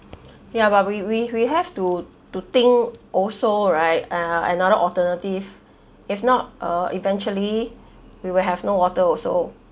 ya but we we we have to to think also right uh another alternative if not uh eventually we will have no water also